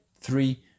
Three